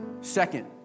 Second